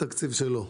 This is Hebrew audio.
זה תקציב שלו.